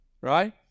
right